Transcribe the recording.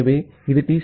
ஆகவே இது டி